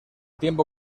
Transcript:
tiempo